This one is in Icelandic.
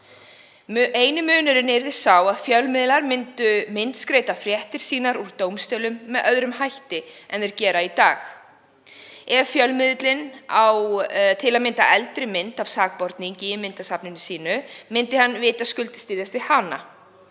Eini munurinn yrði sá að fjölmiðlar myndu myndskreyta fréttir sínar úr dómstólum með öðrum hætti en þeir gera í dag. Ef fjölmiðillinn á til að mynda eldri mynd af sakborningi í myndasafni sínu myndi hann vitaskuld styðjast við hana.